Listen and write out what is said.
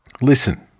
Listen